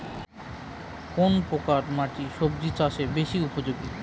কোন প্রকার মাটি সবজি চাষে বেশি উপযোগী?